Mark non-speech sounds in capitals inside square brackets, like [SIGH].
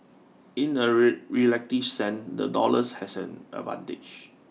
in a [UNINTELLIGIBLE] relative sense the dollar has an advantage